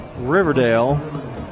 Riverdale